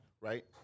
Right